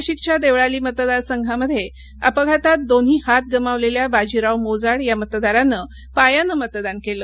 नाशिकच्या देवळाली मतदार संघामध्ये अपघातात दोन्ही हात गमावलेल्या बाजीराव मोजाड या मतदारानं पायाने मतदान केलं